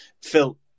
Phil